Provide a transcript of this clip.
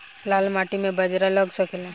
लाल माटी मे बाजरा लग सकेला?